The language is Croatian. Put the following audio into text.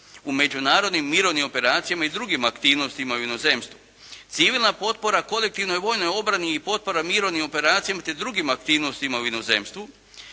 u međunarodnim mirovnim operacijama i drugim aktivnostima u inozemstvu, civilna potpora kolektivnoj vojnoj obrani i potpora mirovnim operacijama te drugim aktivnostima u inozemstvu,